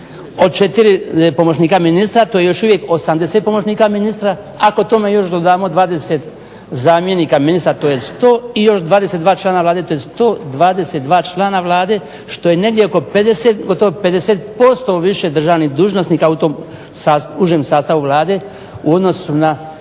od 4 pomoćnika ministra. To je još uvijek 80 pomoćnika ministra. Ako tome još dodamo 20 zamjenika ministara to je 100. I još 22 člana Vlade. To je 122 člana Vlade što je negdje gotovo 50% više državnih dužnosnika u tom užem sastavu Vlade u odnosu na